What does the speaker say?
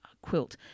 quilt